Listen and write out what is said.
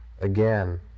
Again